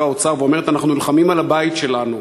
האוצר ואומרת: אנחנו נלחמים על הבית שלנו.